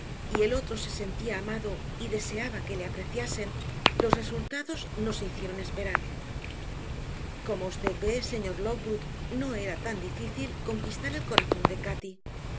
y el otro se sentía amado y deseaba que le apreciasen los resultados no se hicieron esperar como usted ve señor lockwood no era tan difícil conquistar el corazón de cati